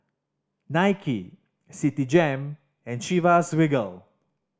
Nike Citigem and Chivas Regal